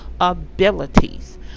abilities